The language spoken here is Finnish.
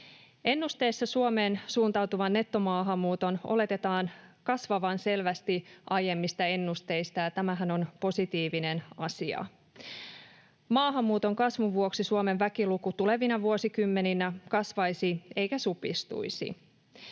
Ennusteissa Suomeen suuntautuvan nettomaahanmuuton oletetaan kasvavan selvästi aiemmista ennusteista, ja tämähän on positiivinen asia. Maahanmuuton kasvun vuoksi Suomen väkiluku tulevina vuosikymmeninä kasvaisi eikä supistuisi.